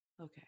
Okay